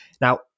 Now